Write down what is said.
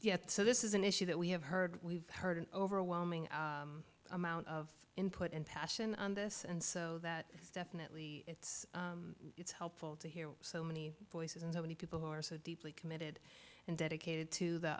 yet so this is an issue that we have heard we've heard an overwhelming amount of input and passion on this and so that definitely it's helpful to hear so many voices and so many people who are so deeply committed and dedicated to the